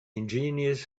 ingenious